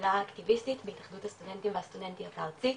פעילה אקטיביסטית בהתאחדות הסטודנטים והסטודנטיות הארצית,